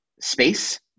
space